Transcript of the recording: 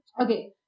Okay